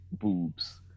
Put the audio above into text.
boobs